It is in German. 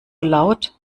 laut